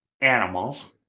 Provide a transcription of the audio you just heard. animals